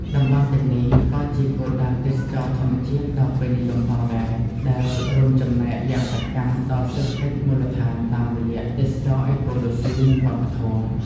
តំបន់ទាំងនេះក៏ជាគោលដៅទេសចរណ៍ធម្មជាតិដ៏ពេញនិយមផងដែរ ដែលរួមចំណែកយ៉ាងសកម្មដល់សេដ្ឋកិច្ចមូលដ្ឋានតាមរយៈទេសចរណ៍អេកូឡូស៊ី និងវប្បធម៌។